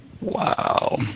Wow